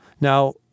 Now